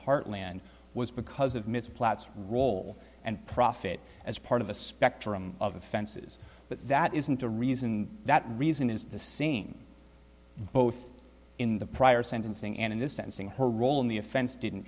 heartland was because of mr platts role and profit as part of a spectrum of offenses but that isn't the reason that reason is the same both in the prior sentencing and in this sensing her role in the offense didn't